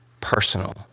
personal